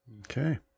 Okay